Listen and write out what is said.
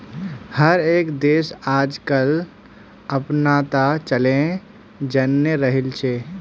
हर एक देश आजकलक अपनाता चलयें जन्य रहिल छे